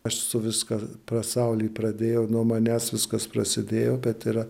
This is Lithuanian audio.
aš su viską prasauly pradėjau nuo manęs viskas prasidėjo bet yra